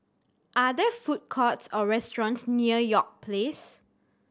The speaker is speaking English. are there food courts or restaurants near York Place